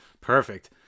perfect